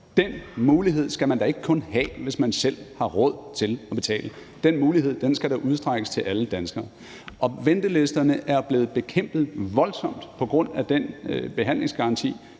Den mulighed skal man da ikke kun have, hvis man selv har råd til at betale, og den mulighed skal da udstrækkes til alle danskere. Ventelisterne er blevet bekæmpet voldsomt på grund af den behandlingsgaranti,